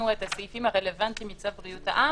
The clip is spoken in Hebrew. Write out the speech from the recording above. את הסעיפים הרלוונטיים מצו בריאות העם,